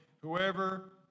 Whoever